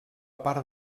part